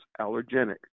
allergenic